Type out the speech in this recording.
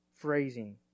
phrasing